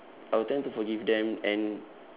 I'll tend to forgive them and